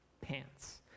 pants